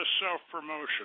self-promotion